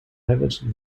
avid